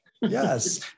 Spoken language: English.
Yes